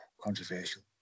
controversial